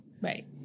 Right